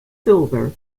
silver